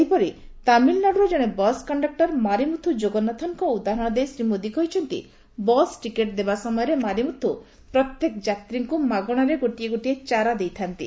ସେହିପରି ତାମିଲ୍ନାଡୁର ଜଣେ ବସ୍ କଣ୍ଣକୂର ମାରିମୁଥୁ ଯୋଗନାଥନ୍ଙ୍କ ଉଦାହରଣ ଦେଇ ଶ୍ରୀ ମୋଦି କହିଛନ୍ତି ବସ୍ ଟିକେଟ୍ ଦେବା ସମୟରେ ମାରିମୁଥୁ ପ୍ରତ୍ୟେକ ଯାତ୍ରୀଙ୍କୁ ମାଗଣାରେ ଗୋଟିଏ ଗୋଟିଏ ଚାରା ଦେଇଥା'ନ୍ତି